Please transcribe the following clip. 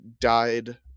died